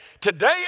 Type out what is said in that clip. today